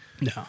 No